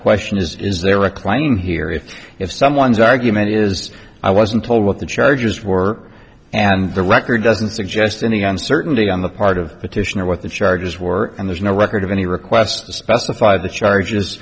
question is is there a climbing here if if someone's argument is i wasn't told what the charges were and the record doesn't suggest any uncertainty on the part of petitioner what the charges were and there's no record of any requests to specify the charges